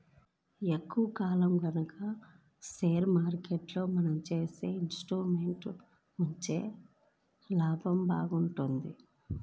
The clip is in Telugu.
ఎక్కువ కాలం గనక షేర్ మార్కెట్లో మనం చేసిన ఇన్వెస్ట్ మెంట్స్ ని ఉంచితే లాభాలు బాగుంటాయి